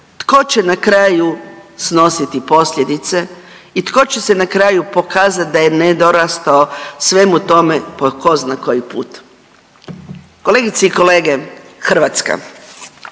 tko će na kraju snositi posljedice i tko će se na kraju pokazati da je nedorastao svemu tome po tko zna koji put? Kolegice i kolege, Hrvatska.